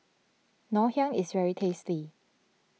Ngoh Hiang is very tasty